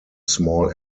small